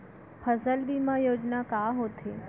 फसल बीमा योजना का होथे?